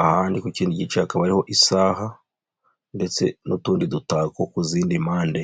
ahandi ku kindi gice hakaba hariho isaha, ndetse n'utundi dutako ku zindi mpande.